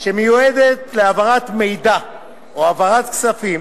שמיועדת להעברת מידע או העברת כספים